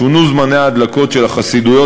שונו זמני ההדלקות של החסידויות,